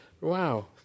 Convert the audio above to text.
Wow